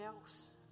else